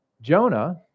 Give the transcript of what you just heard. Jonah